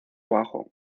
bajo